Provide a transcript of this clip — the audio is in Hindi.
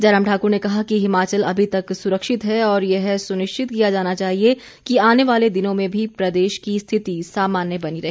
जयराम ठाक्र ने कहा कि हिमाचल अभी तक सुरक्षित है और यह सुनिश्चित किया जाना चाहिए कि आने वाले दिनों में भी प्रदेश की स्थिति सामान्य बनी रहे